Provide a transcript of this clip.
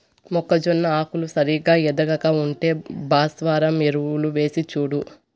మొక్కజొన్న ఆకులు సరిగా ఎదగక ఉంటే భాస్వరం ఎరువులు వేసిచూడు